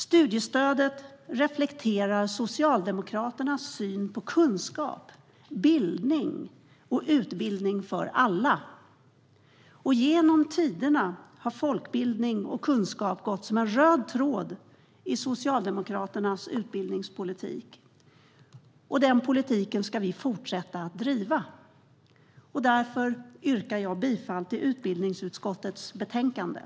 Studiestödet reflekterar Socialdemokraternas syn på kunskap, bildning och utbildning för alla. Genom tiderna har folkbildning och kunskap gått som en röd tråd i Socialdemokraternas utbildningspolitik, och den politiken ska vi fortsätta att driva. Därför yrkar jag bifall till utbildningsutskottets förslag.